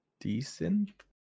decent